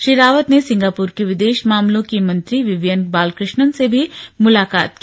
श्री रावत ने सिंगापुर के विदेश मामलों के मंत्री विवियन बालकृष्णन से भी मुलाकात की